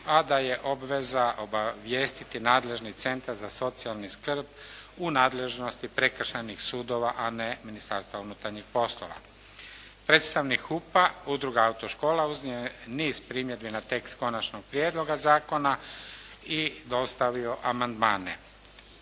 a da je obveza obavijestiti nadležni Centar za socijalnu skrb u nadležnosti prekršajnih sudova, a ne Ministarstva unutarnjih poslova. Predstavnik HUP-a, udruga autoškola unio je niz primjedbi na tekst konačnog prijedloga zakona i dostavio amandmane.